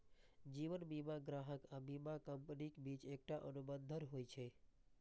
जीवन बीमा ग्राहक आ बीमा कंपनीक बीच एकटा अनुबंध होइ छै